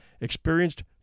experienced